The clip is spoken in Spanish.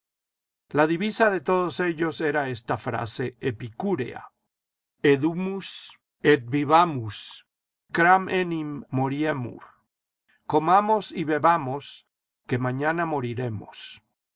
la divisa de todos ellos era esta frase epicúrea edumus et bibamus cram enim moriemur comamos y bebamos que mañana moriremos